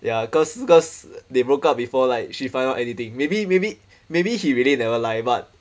ya cause cause they broke up before like she find out anything maybe maybe maybe he really never lie but